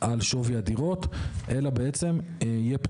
זו הכוונה.